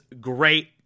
great